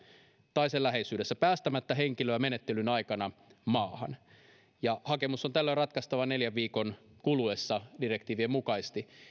tai sen läheisyydessä päästämättä henkilöä menettelyn aikana maahan hakemus on tällöin ratkaistava neljän viikon kuluessa direktiivien mukaisesti